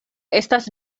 estas